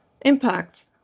Impact